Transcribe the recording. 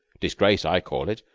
disgrace, i call it,